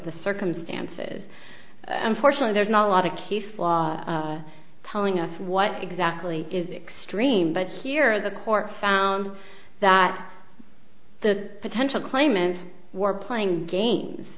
the circumstances unfortunately there's not a lot of case law telling us what exactly is extreme but here the court found that the potential claimants were playing games